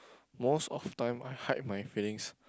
most of the time I hide my feelings